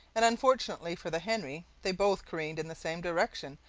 and, unfortunately for the henry, they both careened in the same direction,